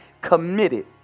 committed